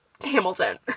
hamilton